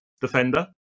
defender